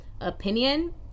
opinion